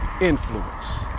influence